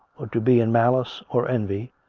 or to be in malice or envy,